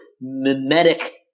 mimetic